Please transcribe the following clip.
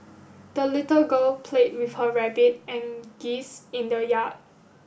the little girl played with her rabbit and geese in the yard